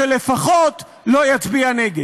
שלפחות לא יצביע נגד.